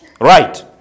Right